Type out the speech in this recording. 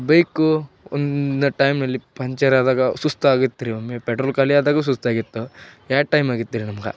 bike ಒಂದು ಟೈಮಲ್ಲಿ puncture ಆದಾಗ ಸುಸ್ತು ಆಗುತ್ರಿ ಒಮ್ಮೆ ಪೆಟ್ರೋಲ್ ಖಾಲಿ ಅದಾಗೂ ಸುಸ್ತು ಆಗಿತ್ತು ಬ್ಯಾಡ್ ಟೈಮ್ ಆಗಿತ್ರಿ ನಮ್ಗೆ